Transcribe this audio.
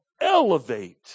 elevate